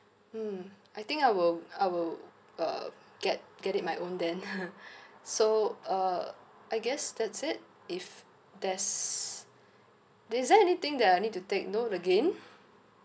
hmm I think I will I will uh get get it my own then so uh I guess that's it if there's is there anything that I need to take note again